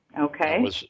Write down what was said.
Okay